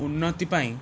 ଉନ୍ନତି ପାଇଁ